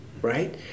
Right